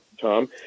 Tom